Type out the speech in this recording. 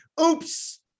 Oops